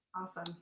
Awesome